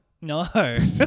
No